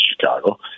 Chicago